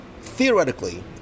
theoretically